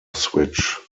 switch